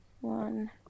one